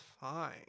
fine